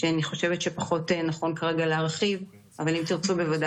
דווח על עשרות אזרחים וחיילים שנשבו על